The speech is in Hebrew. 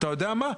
אתה יודע מה?